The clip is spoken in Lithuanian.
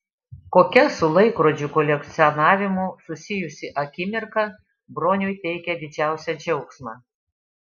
kokia su laikrodžių kolekcionavimu susijusi akimirka broniui teikia didžiausią džiaugsmą